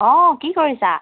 অ কি কৰিছা